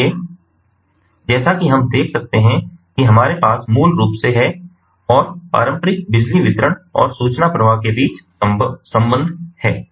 इसलिए जैसा कि हम देख सकते हैं कि हमारे पास मूल रूप से है और पारंपरिक बिजली वितरण और सूचना प्रवाह के बीच सम्बन्ध हैं